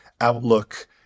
outlook